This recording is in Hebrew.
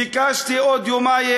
ביקשתי עוד יומיים.